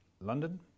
London